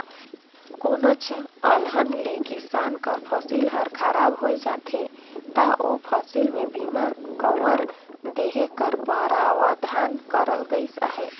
कोनोच अलहन ले किसान कर फसिल हर खराब होए जाथे ता ओ फसिल में बीमा कवर देहे कर परावधान करल गइस अहे